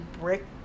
brick